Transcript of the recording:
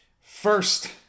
first